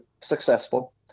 successful